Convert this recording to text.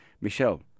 Michelle